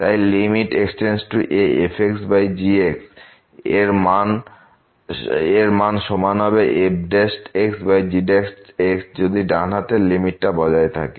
তাই limit x→a fg এর মান সমান হবে fg যদি ডান হাতের লিমিটটা বজায় থাকে